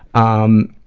um,